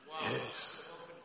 Yes